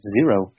zero